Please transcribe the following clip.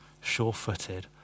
sure-footed